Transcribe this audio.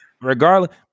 Regardless